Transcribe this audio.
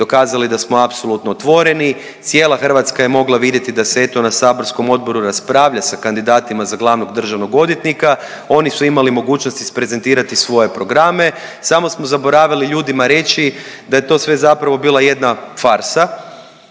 dokazali da smo apsolutno otvoreni, cijela Hrvatska je mogla vidjeti da se eto na saborskom odboru raspravlja sa kandidatima za glavnog državnog odvjetnika, oni su imali mogućnost isprezentirati svoje programe, samo smo zaboravili ljudima reći da je to sve zapravo bila jedna farsa.